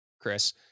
Chris